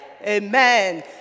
Amen